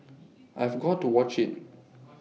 I've got to watch IT